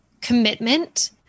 commitment